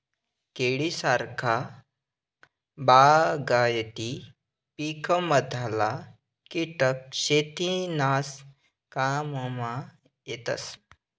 केळी सारखा बागायती पिकमधला किटक शेतीनाज काममा येतस